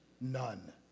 none